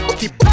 keep